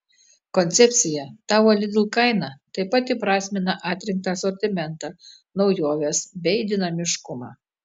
koncepcija tavo lidl kaina taip pat įprasmina atrinktą asortimentą naujoves bei dinamiškumą